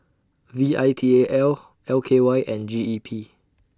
V I T A L L K Y and G E P